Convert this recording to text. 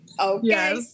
Okay